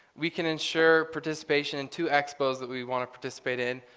we can insure participation in to expos that we want to participate in,